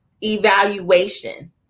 evaluation